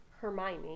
Hermione